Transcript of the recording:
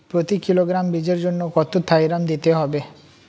প্রতি কিলোগ্রাম বীজের জন্য কত থাইরাম দিতে হবে?